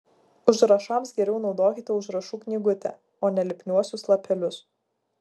užrašams geriau naudokite užrašų knygutę o ne lipniuosius lapelius